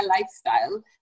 lifestyle